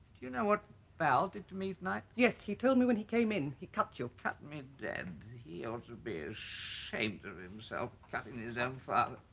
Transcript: you know what val did to me tonnight? yes he told me when he came in he cut you. he ah cut me dead he ought to be ashamed of himself. cutting his own father.